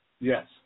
Yes